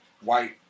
white